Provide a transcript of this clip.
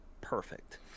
perfect